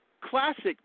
classic